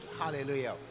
hallelujah